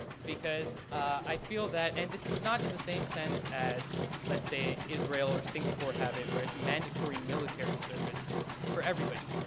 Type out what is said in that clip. because i feel that, and this is not in the same sense as let's say israel or singapore have it where it's mandatory military service for everybody.